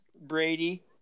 Brady